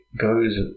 goes